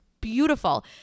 beautiful